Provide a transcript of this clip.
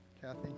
Kathy